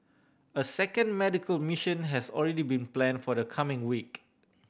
a second medical mission has already been planned for the coming week